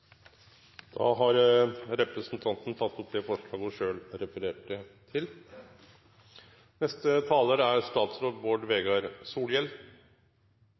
Da har representanten Steinar Reiten tatt opp det forslaget som han refererte til. Når vi nå behandler jordbruksoppgjøret for 2013, er